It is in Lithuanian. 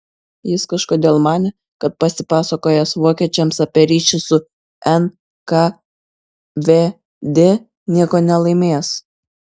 jis kažkodėl manė kad pasipasakojęs vokiečiams apie ryšį su nkvd nieko nelaimės